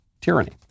tyranny